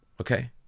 Okay